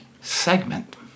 segment